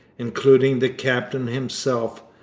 including the captain himself.